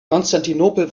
konstantinopel